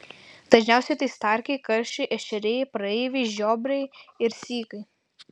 dažniausiai tai starkiai karšiai ešeriai praeiviai žiobriai ir sykai